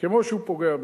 כמו שהוא פוגע בי,